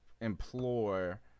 implore